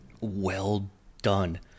well-done